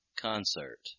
concert